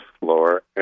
floor